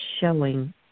showing